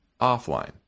offline